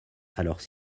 alors